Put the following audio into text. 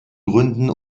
gründen